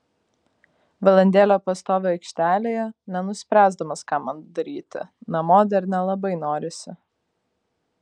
valandėlę pastoviu aikštelėje nenuspręsdamas ką man daryti namo dar nelabai norisi